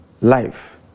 life